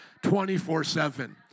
24-7